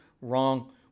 wrong